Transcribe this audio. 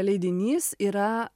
leidinys yra